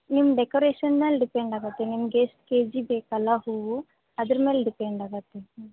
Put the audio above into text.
ನಿಮ್ಮ ಡೆಕೊರೇಷನಲ್ಲಿ ಡಿಪೆಂಡ್ ಆಗುತ್ತೆ ನಿಮ್ಗೆ ಎಷ್ಟು ಕೆ ಜಿ ಬೇಕಲ್ಲ ಹೂವು ಅದರ ಮೇಲೆ ಡಿಪೆಂಡ್ ಆಗುತ್ತೆ ಹ್ಞೂ